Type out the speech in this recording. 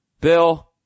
Bill